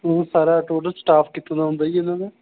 ਊਂ ਸਾਰਾ total staff ਕਿੱਥੋਂ ਦਾ ਹੁੰਦਾ ਜੀ ਇਹਨਾਂ ਦਾ